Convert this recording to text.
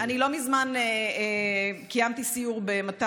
שההצעות שאני אדע להעביר הן הצעות חברתיות,